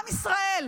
עם ישראל,